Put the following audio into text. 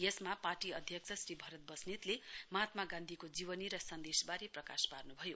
यसमा पार्टी अध्यक्ष श्री भरत बस्नेतले महात्मा गान्धीको जीवनी र सन्देशबारे प्रकाश पार्नु भयो